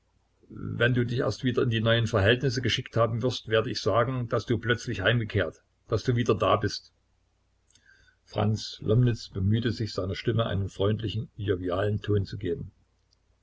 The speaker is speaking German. wenn du dich erst wieder in die neuen verhältnisse geschickt haben wirst werde ich sagen daß du plötzlich heimgekehrt daß du wieder da bist franz lomnitz bemühte sich seiner stimme einen freundlichen jovialen ton zu geben